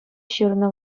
ҫырнӑ